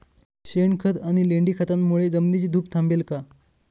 शेणखत आणि लेंडी खतांमुळे जमिनीची धूप थांबेल का?